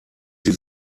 sie